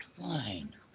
fine